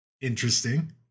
interesting